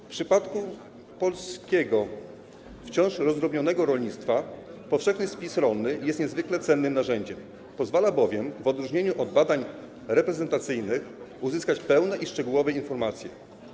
W przypadku polskiego, wciąż rozdrobnionego, rolnictwa powszechny spis rolny jest niezwykle cennym narzędziem, pozwala bowiem, w odróżnieniu od badań reprezentacyjnych, uzyskać pełne i szczegółowe informacje.